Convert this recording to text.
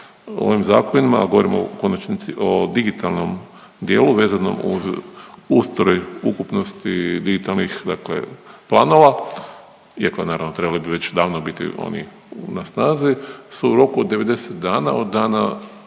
o ovim zakonima, a govorimo u konačnici o digitalnom dijelu vezanom uz ustroj ukupnosti digitalnih dakle planova iako naravno trebali bi već davno biti oni na snazi, su u roku od 90 dana od dana